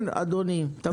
כן, אדוני, תמשיך.